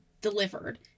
Delivered